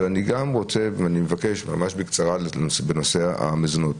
אבל אני רוצה לדבר בקצרה על תשלום מזונות.